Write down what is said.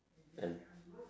and